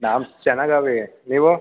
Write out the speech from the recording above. ನಾವ್ ಚೆನ್ನಾಗವಿ ನೀವು